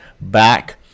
back